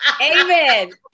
Amen